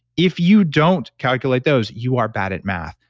if you don't calculate those, you are bad at math,